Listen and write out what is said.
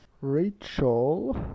Rachel